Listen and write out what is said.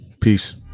Peace